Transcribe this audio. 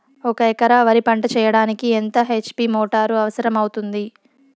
ఒక ఎకరా వరి పంట చెయ్యడానికి ఎంత హెచ్.పి మోటారు అవసరం అవుతుంది?